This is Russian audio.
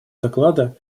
доклада